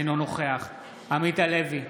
אינו נוכח עמית הלוי,